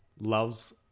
Loves